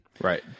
right